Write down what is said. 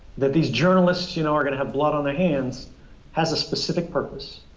that these journalists, you know, are going to have blood on their hands has a specific purpose.